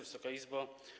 Wysoka Izbo!